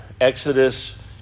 Exodus